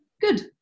Good